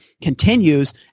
continues